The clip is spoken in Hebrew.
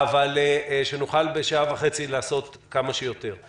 אבל שנוכל לעשות כמה שיותר בשעה וחצי.